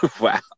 Wow